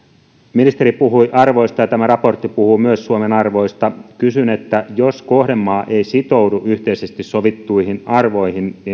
ministeri puhui arvoista ja tämä raportti puhuu myös suomen arvoista kysyn jos kohdemaa ei sitoudu yhteisesti sovittuihin arvoihin